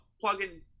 plug-in